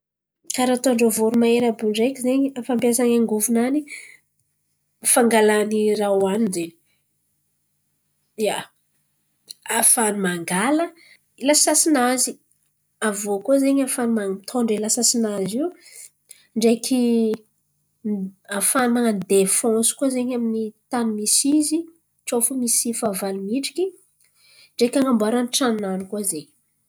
Karà ataondrô voromahery àby io ndraiky fampiasany angovo-nany: fangalany raha oaniny zen̈y. Ia, afahany mangala lasasi-nany. Aviô koa zen̈y afahany mitondra lasasi-nazy io ndraiky afahany man̈ano defansy koa zen̈y amy tany misy izy tso fo misy fahavalo midriky. Ndraiky an̈aboarany tran̈o-nany koa zen̈y.